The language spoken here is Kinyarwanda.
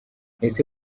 ese